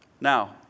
Now